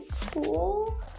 cool